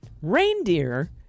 Reindeer